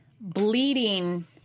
bleeding